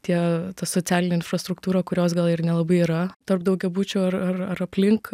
tie ta socialinė infrastruktūra kurios gal ir nelabai yra tarp daugiabučių ar ar ar aplink